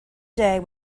day